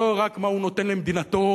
לא רק מה הוא נותן למדינתו,